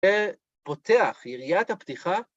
פותח, יריית הפתיחה.